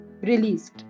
released